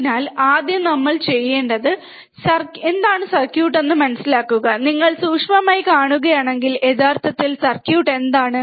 അതിനാൽ ആദ്യം നമ്മൾ ചെയ്യേണ്ടത് എന്താണ് സർക്യൂട്ട് എന്ന് മനസിലാക്കുക നിങ്ങൾ സൂക്ഷ്മമായി കാണുകയാണെങ്കിൽ യഥാർത്ഥത്തിൽ സർക്യൂട്ട് എന്താണ്